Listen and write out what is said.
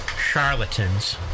charlatans